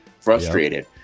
frustrated